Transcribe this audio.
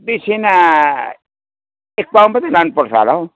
बेसी होइन एक पावा मात्रै लानुपर्छ होला हौ